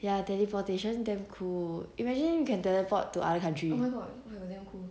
ya teleportation damm cool imagine you can teleport to other countries